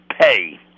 pay